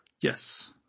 yes